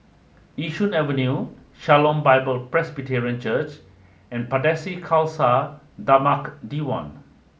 Yishun Avenue Shalom Bible Presbyterian Church and Pardesi Khalsa Dharmak Diwan